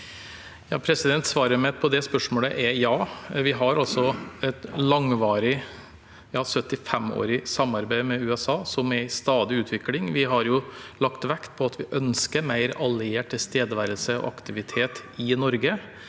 Svaret mitt på det spørsmålet er ja. Vi har et langvarig – 75-årig – samarbeid med USA, som er i stadig utvikling. Vi har lagt vekt på at vi ønsker mer alliert tilstedeværelse og aktivitet i Norge.